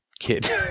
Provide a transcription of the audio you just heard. kid